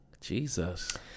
Jesus